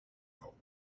help